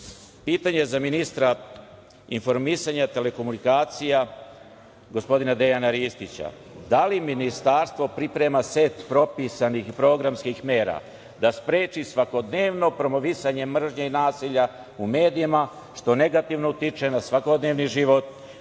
za ministra informisanja, telekomunikacija, gospodina Dejana Ristića – da li ministarstvo priprema set propisanih programskih mera da spreči svakodnevno promovisanje mržnje i nasilja u medijima, što negativno utiče na svakodnevni život